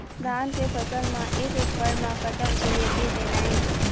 धान के फसल म एक एकड़ म कतक डी.ए.पी देना ये?